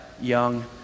young